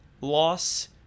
loss